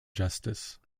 justice